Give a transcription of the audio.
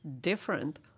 different